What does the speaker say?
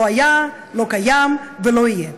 לא היה, לא קיים, ולא יהיה.